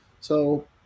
So-